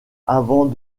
avant